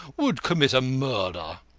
would commit a murder?